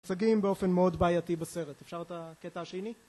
מוצגים באופן מאוד בעייתי בסרט. אפשר את הקטע השני?